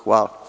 Hvala.